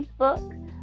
Facebook